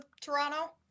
Toronto